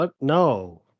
No